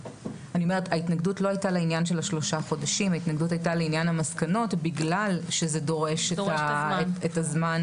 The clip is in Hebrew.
ההתנגדות הייתה לעניין המסקנות בגלל שזה דורש את הזמן.